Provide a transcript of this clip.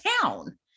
town